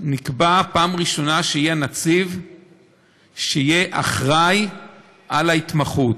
נקבע בפעם הראשונה שיהיה נציב שיהיה אחראי להתמחות.